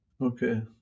Okay